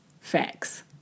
facts